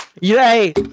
Yay